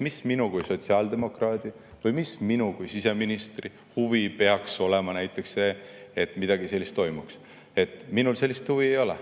miks minu kui sotsiaaldemokraadi või miks minu kui siseministri huvi peaks olema see, et midagi sellist toimuks? Minul sellist huvi ei ole,